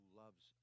loves